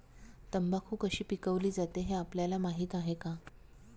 तंबाखू कशी पिकवली जाते हे आपल्याला माहीत आहे का?